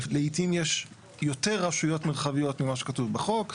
לעתים יש יותר רשויות מרחביות ממה שכתוב בחוק,